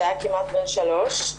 שהיה כמעט בן שלוש.